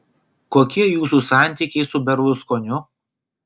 kokie jūsų santykiai su berluskoniu